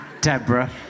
Deborah